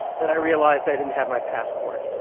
that i realized i didn't have my passport.